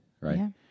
Right